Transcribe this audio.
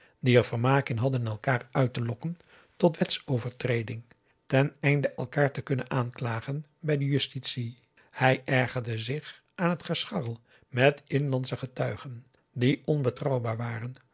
die er vermaak in hadden elkaar uit te lokken tot wetsovertreding ten einde elkaar te kunnen aanklagen bij de justitie hij ergerde zich aan het gescharrel met inlandsche getuigen die onbetrouwbaar waren